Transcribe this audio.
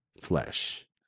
flesh